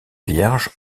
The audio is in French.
vierge